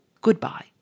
goodbye